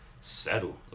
Settle